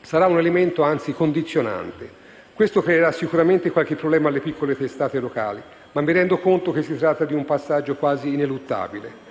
sarà anzi un elemento condizionante. Questo creerà sicuramente qualche problema alle piccole testate locali, ma mi rendo conto che si tratta di un passaggio quasi ineluttabile.